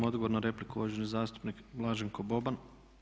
Odgovor na repliku uvaženi zastupnik Blaženko Boban.